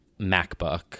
MacBook